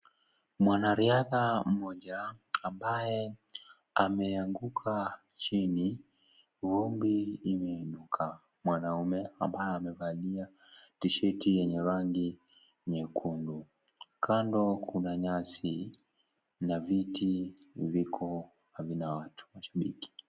Mwanariadha mmoja ambaye ameanguka chini, vumbi imeinuka. Mwanaume ambaye amavalia T-shirt yenye rangi nyekundu. Kando kuna nyasi na viti havina watu; mashabiki.